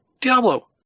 Diablo